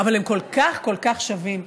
הם כל כך כל כך שווים.